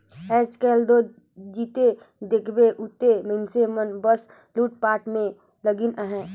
आएज काएल दो जिते देखबे उते मइनसे मन बस लूटपाट में लगिन अहे